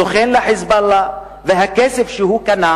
סוכן של "חיזבאללה", והכסף שהוא קנה